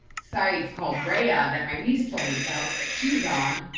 sites called raya that my niece told me about that she's on.